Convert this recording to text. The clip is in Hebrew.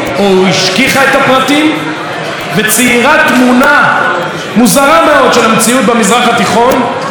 וציירה תמונה מוזרה מאוד של המציאות במזרח התיכון בשנים האחרונות.